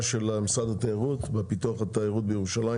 של משרד התיירות בפיתוח התיירות בירושלים